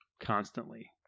constantly